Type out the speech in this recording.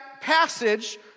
passage